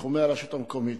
בתחומי הרשות המקומית.